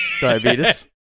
Diabetes